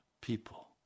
people